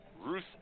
ruth